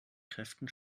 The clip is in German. kräften